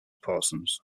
parsons